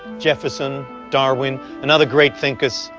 jefferson, darwin and other great thinkers,